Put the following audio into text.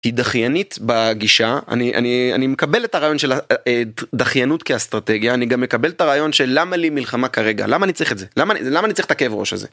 היא דחיינית בגישה, אני מקבל את הרעיון של דחיינות כאסטרטגיה, אני גם מקבל את הרעיון של למה לי מלחמה כרגע, למה אני צריך את זה, למה אני צריך את הכאב ראש הזה.